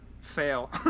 fail